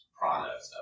product